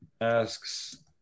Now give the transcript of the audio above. asks